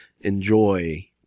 enjoy